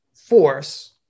force